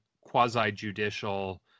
quasi-judicial